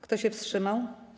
Kto się wstrzymał?